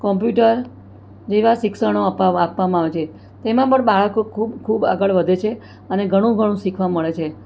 computer જેવા શિક્ષણો આપવામાં આવે છે તેમાં પણ બાળકો ખૂબ ખૂબ આગળ વધે છે અને ઘણું ઘણું શીખવા મળે છે